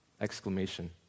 Exclamation